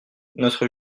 notre